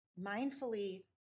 mindfully